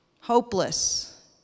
hopeless